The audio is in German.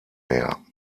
mehr